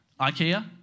Ikea